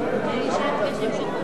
נתקבל.